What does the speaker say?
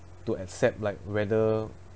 to accept like whether